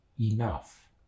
Enough